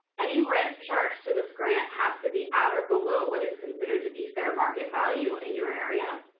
any rent charged to this grant has to be at or below what is considered to be fair market value in your area.